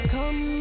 Come